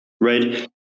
right